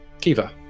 Kiva